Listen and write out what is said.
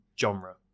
genre